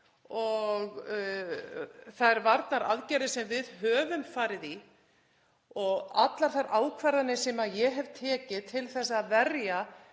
og þær varnaraðgerðir sem við höfum farið í og allar þær ákvarðanir sem ég hef tekið til að verja